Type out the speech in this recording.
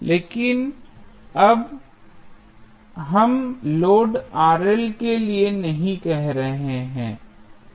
इसलिए अब हम लोड के लिए नहीं कह रहे हैं